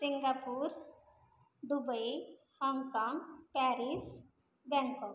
Singapore Dubai Hong Kong Paris Bangkok